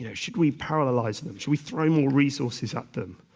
yeah should we parallelise them? should we throw more resources at them?